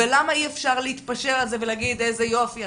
ולמה אי אפשר להתפשר על זה ולהגיד איזה יופי,